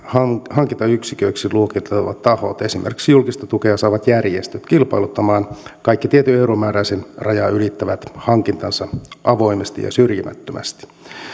hankintayksiköiksi luokiteltavat tahot esimerkiksi julkista tukea saavat järjestöt kilpailuttamaan kaikki tietyn euromääräisen rajan ylittävät hankintansa avoimesti ja syrjimättömästi